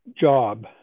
job